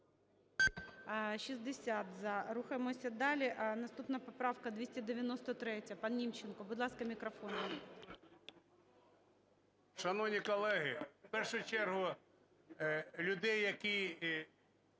Шановні колеги, у першу чергу людей, які